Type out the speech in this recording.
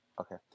Okay